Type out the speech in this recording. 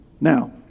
Now